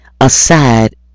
aside